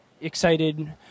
excited